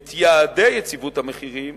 את יעדי יציבות המחירים,